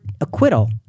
acquittal